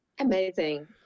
Amazing